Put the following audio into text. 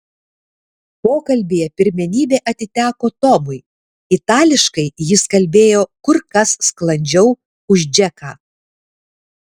pokalbyje pirmenybė atiteko tomui itališkai jis kalbėjo kur kas sklandžiau už džeką